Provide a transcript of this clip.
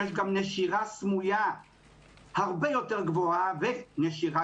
יש גם נשירה סמויה הרבה יותר גבוהה ונשירה